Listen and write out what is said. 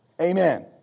Amen